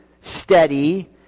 steady